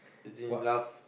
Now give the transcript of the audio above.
as in love